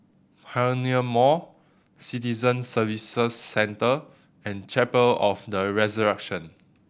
Pioneer Mall Citizen Services Centre and Chapel of the Resurrection